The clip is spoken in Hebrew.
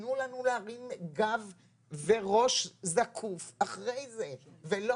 ותנו לנו להרים גב וראש זקוף אחרי זה ולא